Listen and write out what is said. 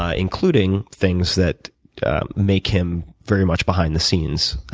ah including things that make him very much behind the scenes.